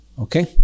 Okay